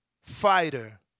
fighter